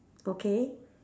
okay